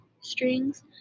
strings